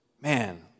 Man